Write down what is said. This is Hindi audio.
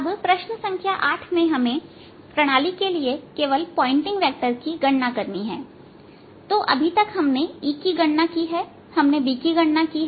अब प्रश्न संख्या आठ में हमें प्रणाली के लिए केवल पॉइंटिंग वेक्टर की गणना करनी है तो अभी तक हमने E की गणना की हैहमने B की गणना की है